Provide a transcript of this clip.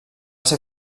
ser